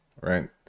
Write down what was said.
right